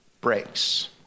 breaks